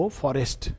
forest